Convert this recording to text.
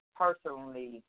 personally